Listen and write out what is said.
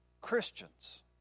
Christians